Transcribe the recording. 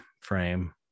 frame